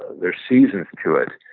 there's seasons to it.